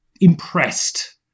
impressed